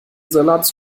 salat